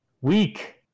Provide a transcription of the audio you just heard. Weak